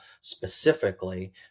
specifically